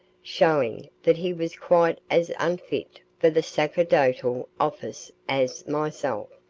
showing that he was quite as unfit for the sacerdotal office as myself.